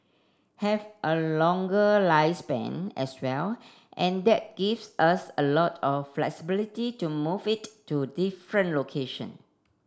have a longer lifespan as well and that gives us a lot of flexibility to move it to different location